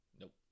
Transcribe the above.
Nope